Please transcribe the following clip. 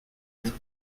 être